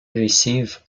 receive